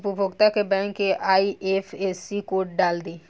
उपभोगता के बैंक के आइ.एफ.एस.सी कोड डाल दी